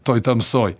toj tamsoj